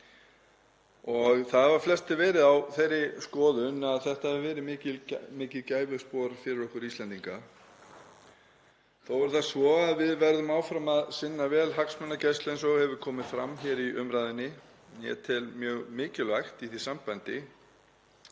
og flestir hafa verið á þeirri skoðun að þetta hafi verið mikið gæfuspor fyrir okkur Íslendinga. Þó er það svo að við verðum áfram að sinna vel hagsmunagæslu eins og komið hefur fram hér í umræðunni. Ég tel mjög mikilvægt í því sambandi